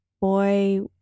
boy